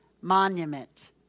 monument